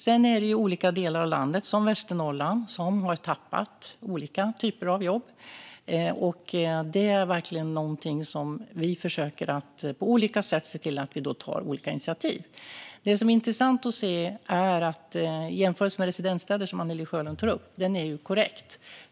Sedan är det olika delar av landet, som Västernorrland, som har tappat olika typer av jobb, och det är verkligen någonting som vi på olika sätt försöker ta initiativ till att bemöta. Den jämförelse med andra residensstäder som Anne-Li Sjölund tar upp är korrekt.